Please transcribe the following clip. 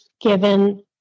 given